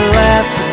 last